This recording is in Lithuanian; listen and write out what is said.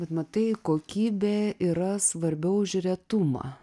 bet matai kokybė yra svarbiau už retumą